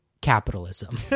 capitalism